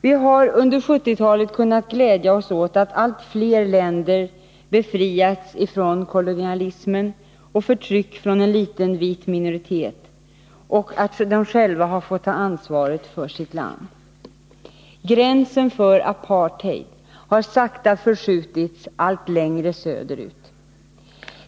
Vi har under 1970-talet kunnat glädja oss åt att allt fler länder befriats från kolonalism och förtryck från en liten vit minoritet och själva fått ta ansvar för sitt land. Gränsen för apartheid har sakta förskjutits allt längre söderut.